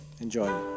enjoy